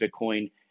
Bitcoin